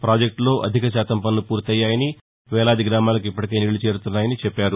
పాజెక్టులో అధిక శాతం పనులు పూర్తయ్యాయని వేలాది గ్రామాలకు ఇప్పటికే నీళ్లు చేరుతున్నాయని చెప్పారు